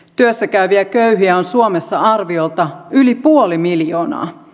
työssä käyviä köyhiä on suomessa arviolta yli puoli miljoonaa